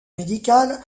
médicale